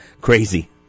Crazy